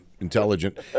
intelligent